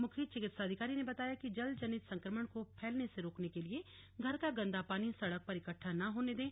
मुख्य चिकित्साधिकारी ने बताया कि जल जनित संक्रमण को फैलने से रोकने के लिए घर का गन्दा पानी सड़क पर इक्ट्वा न होने दें